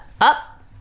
up